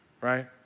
right